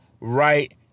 right